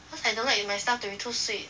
cause I don't like my stuff to be too sweet